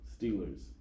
Steelers